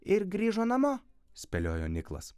ir grįžo namo spėliojo niklas